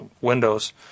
Windows